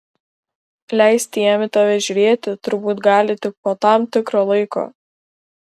leisti jam į tave žiūrėti turbūt gali tik po tam tikro laiko